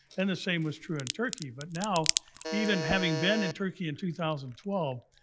and the same was true in turkey. but now even having been in turkey in two thousand twelve,